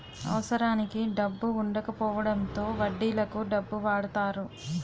అవసరానికి డబ్బు వుండకపోవడంతో వడ్డీలకు డబ్బు వాడతారు